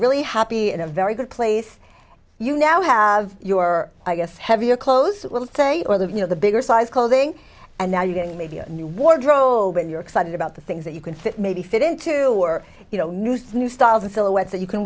really happy in a very good place you now have your i guess heavier clothes little thing or the you know the bigger size clothing and now you're getting maybe a new wardrobe and you're excited about the things that you can fit maybe fit into or you know mousse new styles and silhouettes that you can